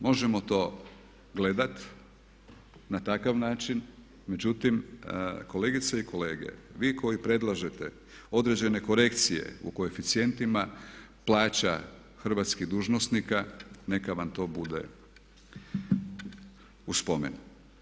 Možemo to gledati na takav način, međutim kolegice i kolege vi koji predlažete određene korekcije u koeficijentima plaća hrvatskih dužnosnika neka vam to bude u spomen.